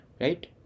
Right